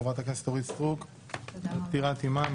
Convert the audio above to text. חברת הכנסת אורית סטרוק על פטירת אמה.